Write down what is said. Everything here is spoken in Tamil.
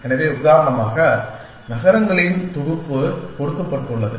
எனவே உதாரணமாக நகரங்களின் தொகுப்பு கொடுக்கப்பட்டுள்ளது